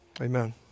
Amen